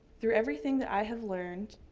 through everything that i have learned,